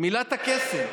מילת הקסם,